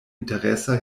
interesa